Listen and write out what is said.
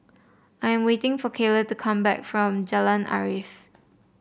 I'm waiting for Kaylah to come back from Jalan Arif